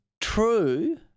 true